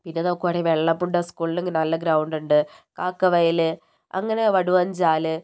പിന്നെ നോക്കുവാണേൽ വെള്ളമുണ്ട സ്കൂളിലും നല്ല ഗ്രൗണ്ട് ഉണ്ട് കാക്കവയൽ അങ്ങനെ വടുവഞ്ചാൽ